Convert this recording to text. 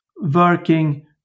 working